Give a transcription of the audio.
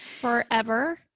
forever